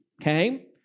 Okay